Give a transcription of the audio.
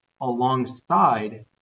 alongside